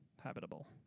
Habitable